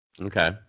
Okay